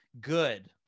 good